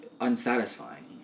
unsatisfying